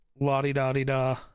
la-di-da-di-da